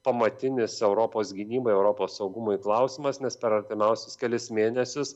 pamatinis europos gynybai europos saugumui klausimas nes per artimiausius kelis mėnesius